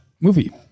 movie